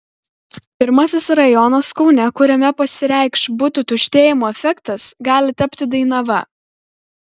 pirmasis rajonas kaune kuriame pasireikš butų tuštėjimo efektas gali tapti dainava